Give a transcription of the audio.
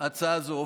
הצעה זו.